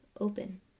open